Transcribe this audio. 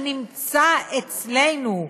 שנמצא אצלנו,